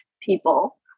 people